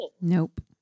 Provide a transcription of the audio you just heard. Nope